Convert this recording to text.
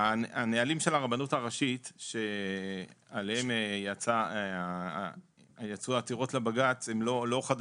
הנהלים של הרבנות הראשית עליהם יצאו העתירות לבג"צ הם לא חדשים.